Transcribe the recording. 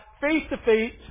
face-to-face